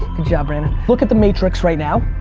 good job, brandon. look at the matrix right now.